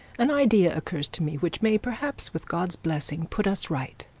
an idea occurs to me, which may, perhaps, with god's blessing, put us right.